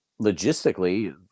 logistically